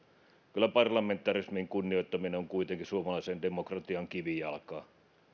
kyllä parlamentarismin kunnioittaminen on kuitenkin suomalaisen demokratian kivijalkaa